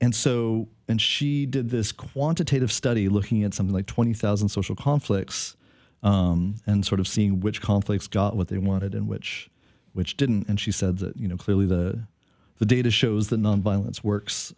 and so and she did this quantitative study looking at something like twenty thousand social conflicts and sort of see which conflicts got what they wanted and which which didn't and she said that you know clearly the the data shows that nonviolence works